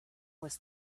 was